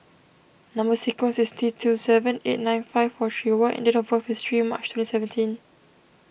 Number Sequence is T two seven eight nine five four three Y and date of birth is three March twenty seventeen